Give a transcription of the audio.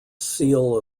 seal